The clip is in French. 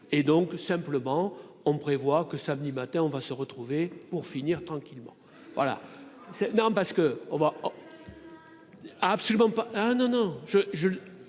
et donc simplement on prévoit que samedi matin, on va se retrouver pour finir tranquillement